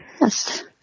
Yes